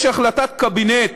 יש החלטת קבינט